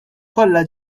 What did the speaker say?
kollha